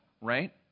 right